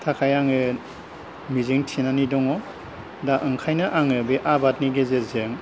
थाखाय आङो मिजिंथिनानै दङ दा ओंखायनो आङो आबादनि गेजेरजों